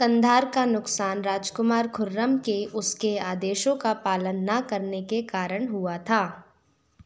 कंधार का नुकसान राजकुमार खुर्रम के उसके आदेशों का पालन न करने के कारण हुआ था